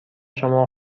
شما